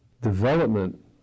development